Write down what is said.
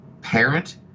parent